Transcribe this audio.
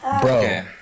Bro